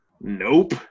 nope